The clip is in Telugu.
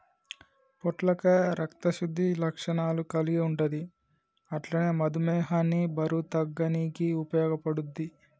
పొట్లకాయ రక్త శుద్ధి లక్షణాలు కల్గి ఉంటది అట్లనే మధుమేహాన్ని బరువు తగ్గనీకి ఉపయోగపడుద్ధి